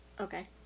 Okay